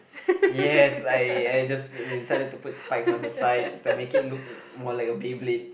yes I I just decided to put spikes on the side to make it look more like a Beyblade